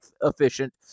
efficient